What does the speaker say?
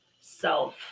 self